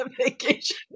vacation